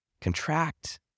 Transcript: contract